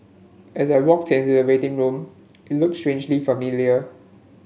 as I walked into the waiting room it looked strangely familiar